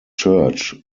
church